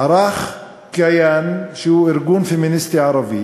ערך "כייאן", שהוא ארגון פמיניסטי ערבי,